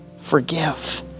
Forgive